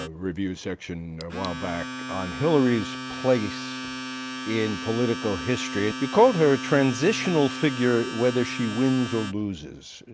ah review section a while back on hillary's place in political history. you called her a transitional figure whether she wins or loses.